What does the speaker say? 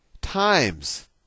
times